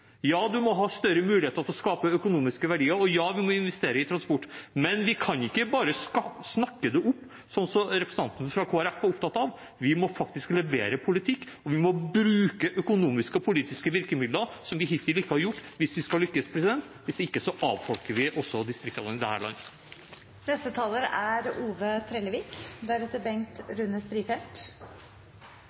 Ja, en må ha større muligheter til å skape økonomiske verdier, og ja, vi må investere i transport. Men vi kan ikke bare snakke det opp, sånn som representanten fra Kristelig Folkeparti var opptatt av. Vi må faktisk levere politikk, og vi må bruke økonomiske og politiske virkemidler som vi hittil ikke har brukt, hvis vi skal lykkes. Hvis ikke avfolker vi distriktene i dette landet. Representanten Sivertsen, som nettopp talte, hadde nokre gode poeng. Det er